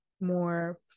more